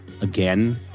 again